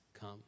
come